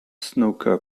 snooker